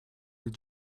did